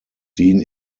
seen